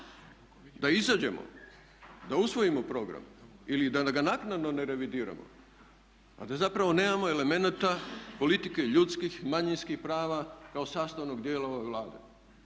da izađemo, da usvojimo program ili da ga naknadno ne revidiramo a da zapravo nemamo elemenata politike ljudskih, manjinskih prava kao sastavnog djela ove Vlade.